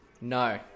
No